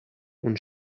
und